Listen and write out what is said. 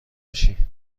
میشی